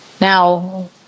now